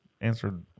answered